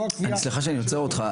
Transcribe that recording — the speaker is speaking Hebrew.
סליחה שאני עוצר אותך,